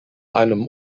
einem